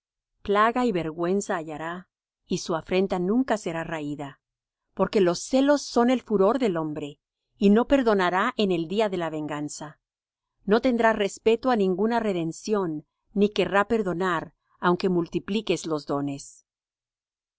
plaga y vergüenza hallará y su afrenta nunca será raída porque los celos son el furor del hombre y no perdonará en el día de la venganza no tendrá respeto á ninguna redención ni querrá perdonar aunque multipliques los dones